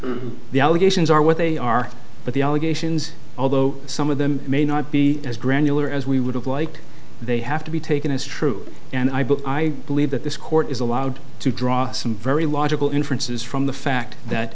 this the allegations are what they are but the allegations although some of them may not be as granular as we would have liked they have to be taken as true and i but i believe that this court is allowed to draw some very logical inferences from the fact that